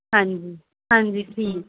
ਹਾਂਜੀ ਹਾਂਜੀ ਜੀ